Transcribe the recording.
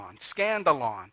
Scandalon